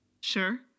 Sure